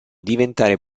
diventare